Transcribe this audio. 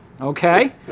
Okay